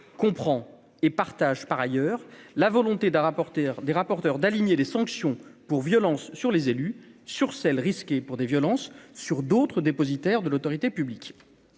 comprend et partage par ailleurs la volonté d'a rapporté des rapporteurs d'aligner les sanctions pour violences sur les élus sur celle risqué pour des violences sur d'autres, dépositaire de l'autorité publique,